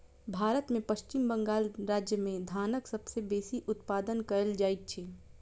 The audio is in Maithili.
भारत में पश्चिम बंगाल राज्य में धानक सबसे बेसी उत्पादन कयल जाइत अछि